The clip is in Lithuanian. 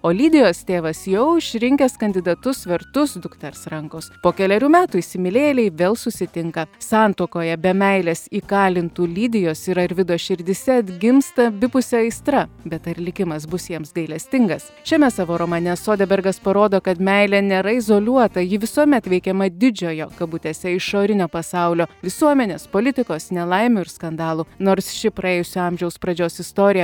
o lidijos tėvas jau išrinkęs kandidatus vertus dukters rankos po kelerių metų įsimylėjėliai vėl susitinka santuokoje be meilės įkalintų lydijos ir arvido širdyse atgimsta abipusė aistra bet ar likimas bus jiems gailestingas šiame savo romane sodebergas parodo kad meilė nėra izoliuota ji visuomet veikiama didžiojo kabutėse išorinio pasaulio visuomenės politikos nelaimių ir skandalų nors ši praėjusio amžiaus pradžios istorija